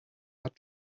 hat